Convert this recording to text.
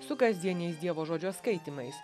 su kasdieniais dievo žodžio skaitymais